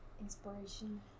inspiration